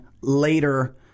later